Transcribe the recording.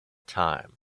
time